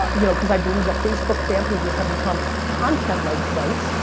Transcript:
ah you know because i believe the facebook fan pages have become content like sites,